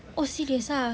oh serious ah